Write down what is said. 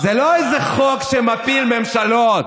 זה לא איזה חוק שמפיל ממשלות,